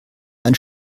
ein